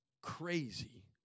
crazy